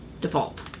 default